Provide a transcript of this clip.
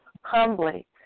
humbly